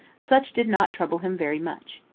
such did not trouble him very much.